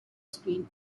screen